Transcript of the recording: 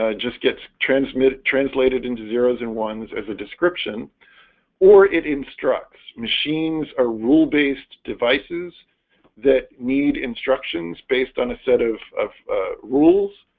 ah just gets transmitted translated into zeros and ones as a description or it instructs machines are rule based devices that need instructions based on a set of of rules